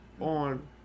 on